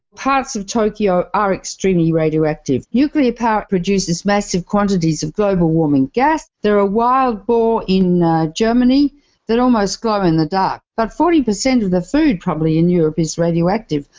parts of tokyo are extremely radioactive. nuclear power produces massive quantities of global warming gas. there are wild boar in germany that almost glow in the dark. about but forty percent of the food probably in europe is radioactive.